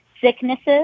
sicknesses